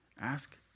Ask